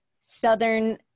southern